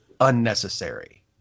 unnecessary